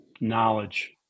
knowledge